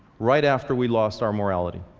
right after we'd lost our morality.